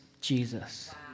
Jesus